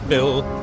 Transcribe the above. Bill